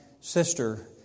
sister